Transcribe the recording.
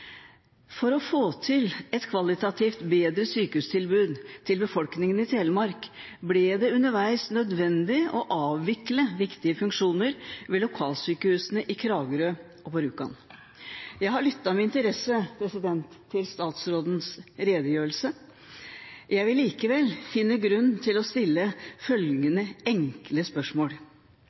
For å få til et kvalitativt bedre sykehustilbud for befolkningen i Telemark ble det underveis nødvendig å avvikle viktige funksjoner ved lokalsykehusene i Kragerø og på Rjukan. Jeg har lyttet med interesse til statsrådens redegjørelse, men finner likevel grunn til å stille følgende enkle spørsmål: